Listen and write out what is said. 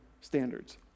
standards